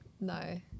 No